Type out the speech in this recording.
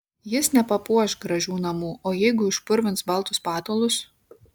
jis nepapuoš gražių namų o jeigu išpurvins baltus patalus